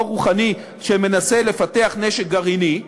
אותו רוחאני שמנסה לפתח נשק גרעיני נגדנו,